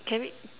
can we